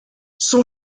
son